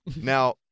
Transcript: Now